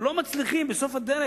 לא מצליחים בסוף הדרך,